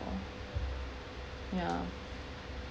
yeah